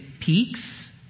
peaks